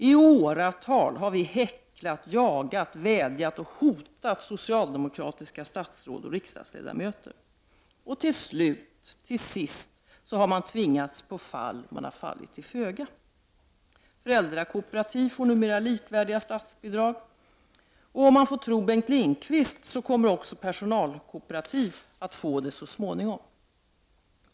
I åratal har vi häcklat, jagat, vädjat till och hotat socialdemokratiska statsråd och riksdagsledamöter. Till slut har de tvingats på fall, och de har fallit till föga. Föräldrakooperativ får numera likvärdiga statsbidrag. Och om man får tro Bengt Lindqvist kommer också personalkooperativ att få det så småningom.